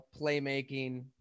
playmaking